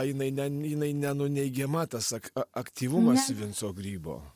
jinai ne jinai nenuneigiama tas ak aktyvumas vinco grybo